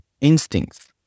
instincts